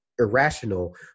Irrational